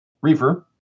reefer